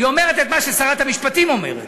היא אומרת את מה ששרת המשפטים אומרת,